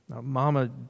Mama